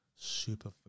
super